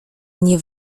nie